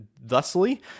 thusly